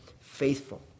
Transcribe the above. faithful